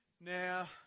Now